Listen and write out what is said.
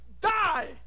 die